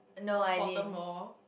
on Pottermore